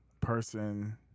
person